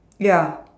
ya